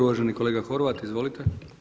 Uvaženi kolega Horvat, izvolite.